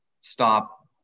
stop